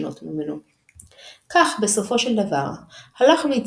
המשמעות המקורית של מנהג המקום ומנהג האבות,